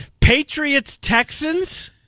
Patriots-Texans